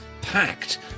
packed